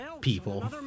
people